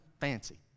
fancy